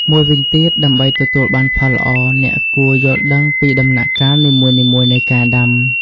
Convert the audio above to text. មួយវិញទៀត ដើម្បីទទួលបានផលល្អ អ្នកគួរយល់ដឹងពីដំណាក់កាលនីមួយៗនៃការដាំ។